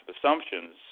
assumptions